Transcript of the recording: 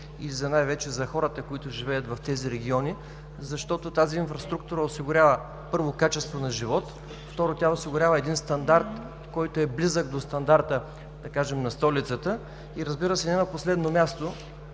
ни, най-вече за хората, които живеят в тези региони, защото тази инфраструктура осигурява, първо, качество на живот, второ, един стандарт, който е близък до стандарта на столицата, и разбира се, не на последно място,